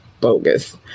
bogus